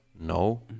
No